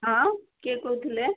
ହଁ କିଏ କହୁଥିଲେ